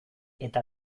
eta